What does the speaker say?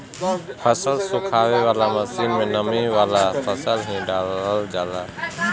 फसल सुखावे वाला मशीन में नमी वाला फसल ही डालल जाला